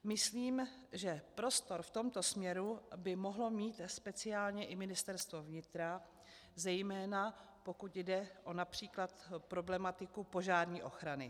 Myslím, že prostor v tomto směru by mohlo mít speciálně i Ministerstvo vnitra, zejména pokud jde o například problematika požární ochrany.